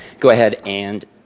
go ahead and